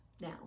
now